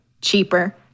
cheaper